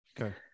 okay